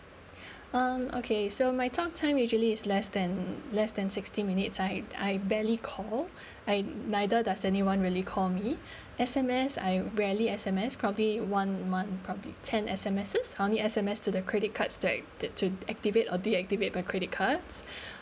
um okay so my talk time usually is less than less than sixty minutes I I barely call I neither does anyone really call me S_M_S I rarely S_M_S probably one month probably ten S_M_S I only S_M_S to the credit cards that to activate or deactivate my credit cards